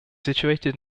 situated